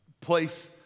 place